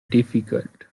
difficult